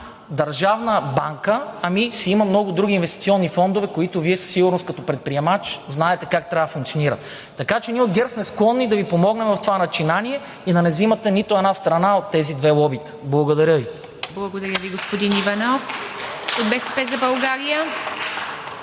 държавна банка, ами си има много други инвестиционни фондове, които Вие със сигурност като предприемач, знаете как трябва да функционира. Така че ние от ГЕРБ сме склонни да Ви помогнем в това начинание и да не взимате нито една страна от тези две лобита. Благодаря Ви. (Ръкопляскания от ГЕРБ-СДС.)